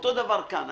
אותו דבר כאן.